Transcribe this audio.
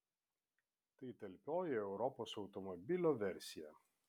tai talpioji europos automobilio versija